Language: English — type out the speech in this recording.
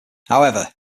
however